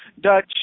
Dutch